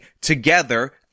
together